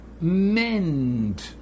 mend